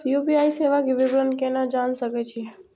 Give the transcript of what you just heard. UPI सेवा के विवरण केना जान सके छी?